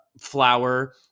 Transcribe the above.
flour